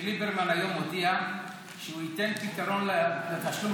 שליברמן היום הודיע שהוא ייתן פתרון לתשלום